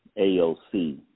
aoc